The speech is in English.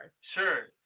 Sure